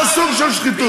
זה סוג של שחיתות.